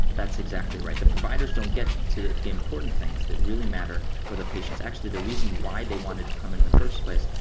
that's exactly right. the providers don't get to the the important things that really matter for the patients, actually the reason why they wanted to come in in the first place,